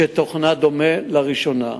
שתוכנה דומה לראשונה.